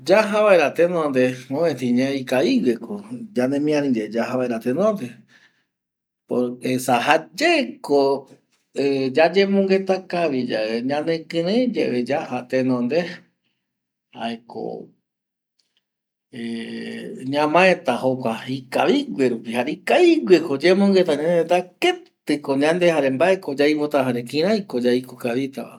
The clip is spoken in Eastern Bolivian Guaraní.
Yaja vaera tenonde jae ko ñe ikavigue esa jaeyeko yandekieri ko yaja tenonde ye jaeko ñamaete jokua ikavigueko yemongueta ñanoita jare kiape ikavi yaikotava.